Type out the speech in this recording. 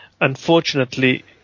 unfortunately